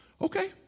Okay